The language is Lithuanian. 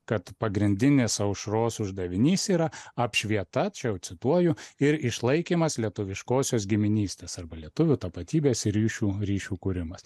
kad pagrindinis aušros uždavinys yra apšvieta čia jau cituoju ir išlaikymas lietuviškosios giminystės arba lietuvių tapatybės ryšių ryšių kūrimas